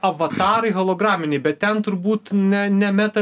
avatarai holograminiai bet ten turbūt ne ne meta